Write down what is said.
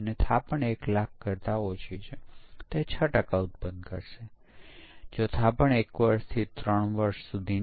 તે network communication સંબંધિત પ્રોગ્રામનો ઉપયોગ ન કરતો હોય તો તેને સંબંધિત ભૂલો ટાળી શકે છે વગેરે